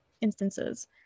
instances